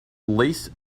lace